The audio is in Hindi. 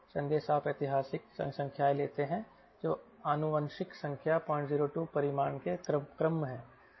संदेश आप ऐतिहासिक संख्याएँ लेते हैं जो आनुवंशिक संख्या 002 परिमाण के क्रम हैं